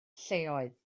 lleoedd